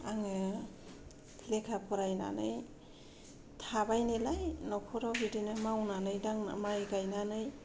आङो लेखा फरायनानै थाबाय नालाय नखराव बिदिनो मावनानै दांनानै माइ गायनानै